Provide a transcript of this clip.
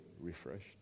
refreshed